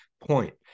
point